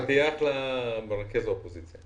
התשפ"א-2021 (מ/1385) הכנה לקריאה שנייה ושלישית